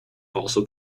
also